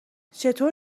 چطور